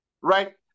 Right